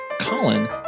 Colin